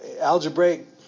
algebraic